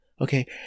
okay